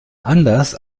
anders